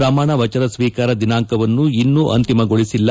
ಪ್ರಮಾಣ ವಚನ ಸ್ವೀಕಾರ ದಿನಾಂಕವನ್ನು ಇನ್ನೂ ಅಂತಿಮಗೊಳಿಸಿಲ್ಲ